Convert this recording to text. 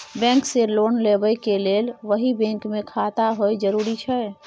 Bank से loan लेबै के लेल वही बैंक मे खाता होय जरुरी छै?